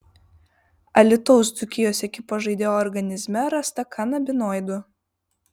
alytaus dzūkijos ekipos žaidėjo organizme rasta kanabinoidų